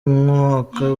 umwaka